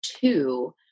two